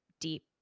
deep